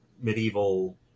medieval